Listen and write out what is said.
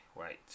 wait